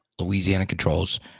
LouisianaControls